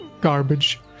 garbage